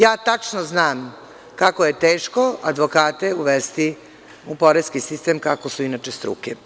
Ja tačno znam kako je teško advokate uvesti u poreski sistem kako su inače struke.